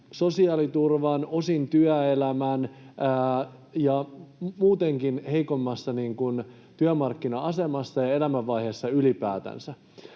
sosiaaliturvan, osin työelämän takia ja muutenkin heikommassa työmarkkina-asemassa ja elämänvaiheessa ylipäätänsä.